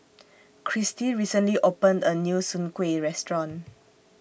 Christi recently opened A New Soon Kuih Restaurant